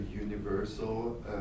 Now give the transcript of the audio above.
universal